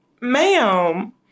ma'am